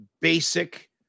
basic